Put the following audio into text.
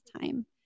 time